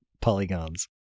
polygons